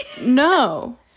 no